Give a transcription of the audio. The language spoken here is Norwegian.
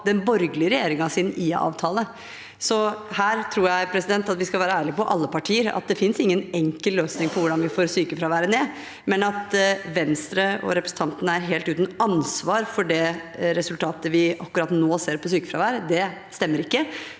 den borgerlige regjeringens IA-avtale. Her tror jeg at vi – alle partier – skal være ærlige om at det ikke finnes noen enkel løsning på hvordan vi får sykefraværet ned, men at Venstre og representanten er helt uten ansvar for det resultatet vi akkurat nå ser på sykefravær, stemmer ikke.